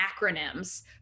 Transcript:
acronyms